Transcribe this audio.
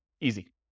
Easy